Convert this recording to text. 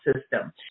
system